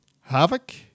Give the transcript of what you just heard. Havoc